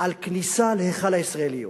על כניסה להיכל הישראליות?